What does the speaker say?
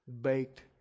baked